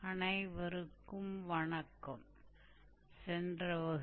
hello students